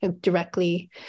directly